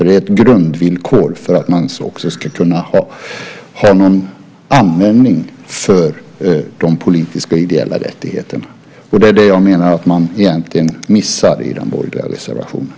Det är ett grundvillkor för att man också ska kunna ha någon användning för de politiska och ideella rättigheterna. Det är det jag menar att man egentligen missar i den borgerliga reservationen.